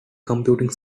computing